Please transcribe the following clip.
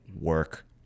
work